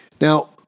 Now